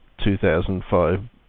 2005